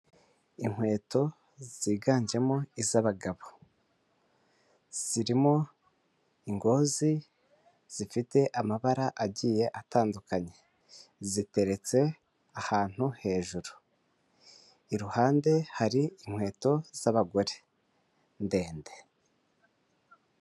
Inkweto ziganjemo iz'abagabo zirimo ingozi zifite amabara agiye atandukanye, ziteretse ahantu hejuru iruhande hari inkweto z'abagore ndende.